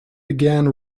began